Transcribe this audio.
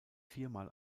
viermal